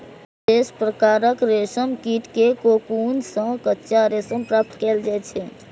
विशेष प्रकारक रेशम कीट के कोकुन सं कच्चा रेशम प्राप्त कैल जाइ छै